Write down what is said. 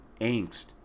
angst